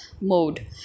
mode